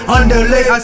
Underlay